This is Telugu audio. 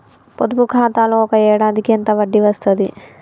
పొదుపు ఖాతాలో ఒక ఏడాదికి ఎంత వడ్డీ వస్తది?